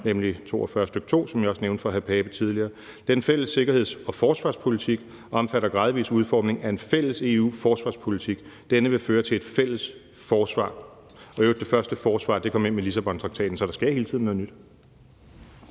artikel 42, stk. 2, som jeg også nævnte for hr. Søren Pape Poulsen tidligere: »Den fælles sikkerheds- og forsvarspolitik omfatter gradvis udformning af en fælles EU-forsvarspolitik. Denne vil føre til et fælles forsvar ...«. Det første forsvar kom i øvrigt ind med Lissabontraktaten. Så der sker hele tiden noget nyt.